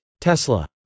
tesla